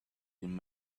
been